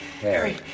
Harry